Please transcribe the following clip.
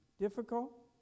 Difficult